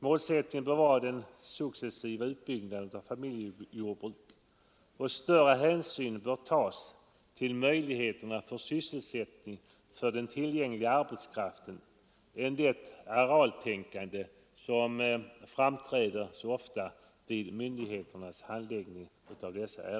Målsättningen bör vara den successiva uppbyggnaden av familjejordbruk, och större hänsyn bör tas till möjligheterna till sysselsättning för tillgänglig arbetskraft än det arealtänkande som så ofta framträder vid myndigheternas handläggning.